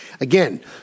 Again